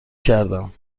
کردم